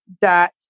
dot